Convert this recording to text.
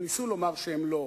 ניסו לומר שהם לא,